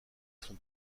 son